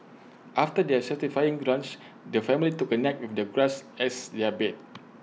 after their satisfying lunch the family took A nap with the grass as their bed